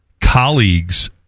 colleagues